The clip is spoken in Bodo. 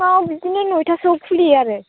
फुङाव बिदिनो नयथासोआव खुलियो आरो